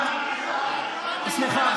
סליחה,